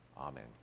Amen